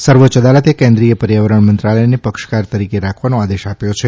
સર્વોચ્ય અદાલતે કેન્દ્રિય પર્યાવરણ મંત્રાલયને પક્ષકાર તરીકે રાખવાનો આદેશ આપ્યો છે